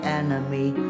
enemy